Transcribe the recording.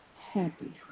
happy